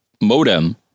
modem